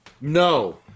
No